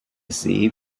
see